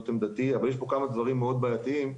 אבל יש כמה דברים מאוד בעייתיים.